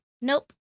Nope